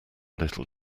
little